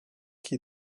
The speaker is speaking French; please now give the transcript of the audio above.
qui